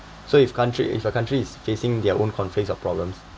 so if country if a country is facing their own conflicts or problems